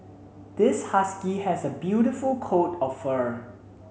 this husky has a beautiful coat of fur